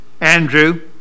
Andrew